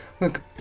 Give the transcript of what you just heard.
Look